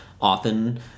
often